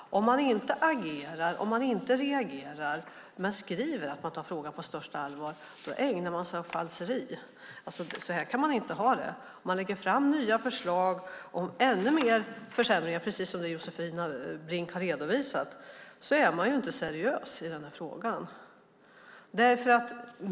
Om man inte agerar, om man inte reagerar men skriver att man tar problemen på största allvar ägnar man sig åt falsarier. Så här kan vi inte ha det. Om man lägger fram nya förslag med ännu mer försämringar, precis som Josefin Brink har redovisat, är man inte seriös i den här frågan.